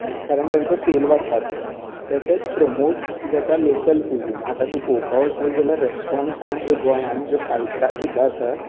कारण तांचो सॅल वाडटा थंय तशेंच प्रोमोट जाता लोकल क्यूजीन आतां पळोवपाक वचत जाल्यार रेस्टॉरंटा ज्यो गोंयांत फाय्व स्टार सुद्दां आसात